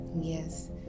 Yes